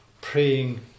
praying